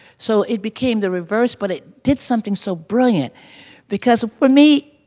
so it became the reverse, but it did something so brilliant because, for me,